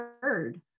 heard